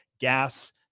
gas